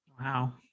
wow